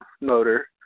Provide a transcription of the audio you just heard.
motor